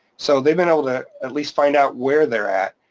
so they've been able to at least find out where they're at.